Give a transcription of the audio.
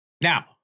Now